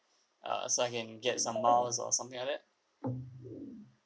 uh so I can get some miles or something like that